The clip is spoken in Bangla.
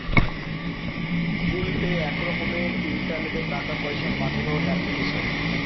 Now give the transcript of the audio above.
গুগল পে এক রকমের ইন্টারনেটে টাকা পয়সা পাঠানোর এপ্লিকেশন